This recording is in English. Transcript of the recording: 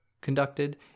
conducted